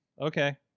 okay